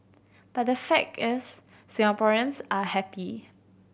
but the fact is Singaporeans are happy